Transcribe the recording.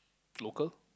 local